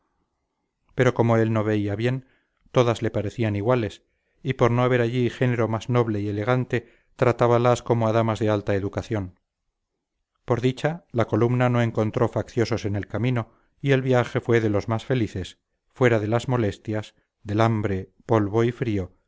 pero como él no veía bien todas le parecían iguales y por no haber allí género más noble y elegante tratábalas como a damas de alta educación por dicha la columna no encontró facciosos en el camino y el viaje fue de los más felices fuera de las molestias del hambre polvo y frío